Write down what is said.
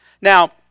Now